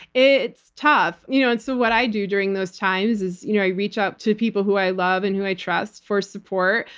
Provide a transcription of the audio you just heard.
it's tough. you know and so what i do during those times is you know i reach out to people who i love and who i trust for support.